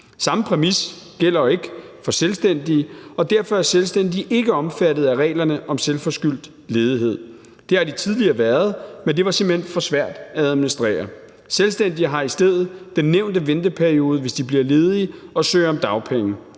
Samme præmis gælder jo ikke for selvstændige, og derfor er selvstændige ikke omfattet af reglerne om selvforskyldt ledighed. Det har de tidligere været, men det var simpelt hen for svært at administrere. Selvstændige har i stedet den nævnte venteperiode, hvis de bliver ledige og søger om dagpenge.